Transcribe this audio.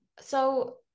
so-